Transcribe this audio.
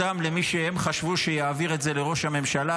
למי שהם חשבו שיעביר את זה לראש הממשלה.